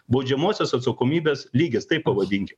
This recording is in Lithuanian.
baudžiamosios atsakomybės lygis taip pavadinkim